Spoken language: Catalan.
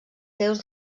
déus